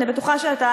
אני בטוחה שאתה,